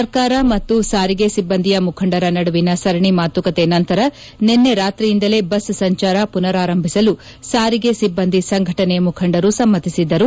ಸರ್ಕಾರ ಮತ್ತು ಸಾರಿಗೆ ಸಿಬ್ಬಂದಿಯ ಮುಖಂಡರ ನಡುವಿನ ಸರಣಿ ಮಾತುಕತೆ ನಂತರ ನಿನ್ನೆ ರಾತ್ರಿಯಿಂದಲೇ ಬಸ್ ಸಂಚಾರ ಪುನಾರಂಭಿಸಲು ಸಾರಿಗೆ ಸಿಬ್ಬಂದಿ ಸಂಘಟನೆ ಮುಖಂಡರು ಸಮ್ಮತಿಸಿದ್ದರು